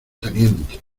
teniente